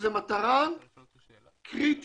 שזו מטרה קריטית.